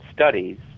studies